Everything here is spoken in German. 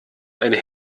eine